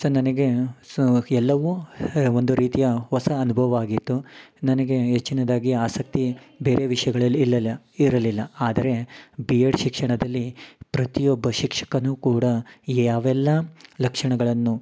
so ನನಗೆ so ಎಲ್ಲವೂ ಒಂದು ರೀತಿಯ ಹೊಸ ಅನ್ಭವ ಆಗಿತ್ತು ನನಗೆ ಹೆಚ್ಚಿನದ್ದಾಗಿ ಆಸಕ್ತಿ ಬೇರೆ ವಿಷಯಗಳಲ್ಲಿ ಇಲ್ಲಲ ಇರಲಿಲ್ಲ ಆದರೆ ಬಿ ಎಡ್ ಶಿಕ್ಷಣದಲ್ಲಿ ಪ್ರತಿಯೊಬ್ಬ ಶಿಕ್ಷಕನೂ ಕೂಡ ಯಾವೆಲ್ಲ ಲಕ್ಷಣಗಳನ್ನು